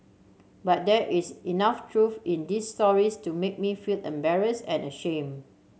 but there is enough truth in these stories to make me feel embarrassed and ashamed